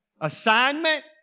Assignment